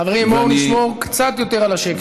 חברים, בואו נשמור קצת יותר על השקט.